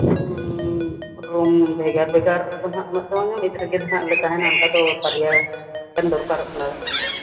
ᱨᱩᱢ ᱵᱷᱮᱜᱟᱨ ᱵᱷᱮᱜᱟᱨ ᱫᱚ ᱦᱟᱸᱜ ᱩᱱᱟᱹᱜ ᱫᱚ ᱵᱟᱝ ᱧᱟᱢᱚᱜᱼᱟ ᱢᱤᱫ ᱨᱮᱜᱮ ᱱᱟᱦᱟᱜ ᱞᱮ ᱛᱟᱦᱮᱱᱟ ᱚᱱᱠᱟ ᱫᱚ ᱵᱟᱨᱭᱟ ᱜᱟᱱ ᱫᱚᱨᱠᱟᱨᱚᱜ ᱠᱟᱱᱟᱞᱮ